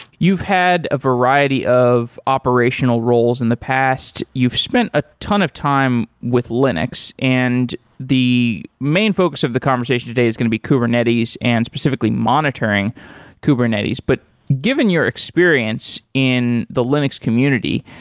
you've had a variety of operational roles in the past. you've spent at ah ton of time with linux, and the main focus of the conversation today is going to be kubernetes and specifically monitoring kubernetes. but given your experience in the linux community,